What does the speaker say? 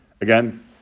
again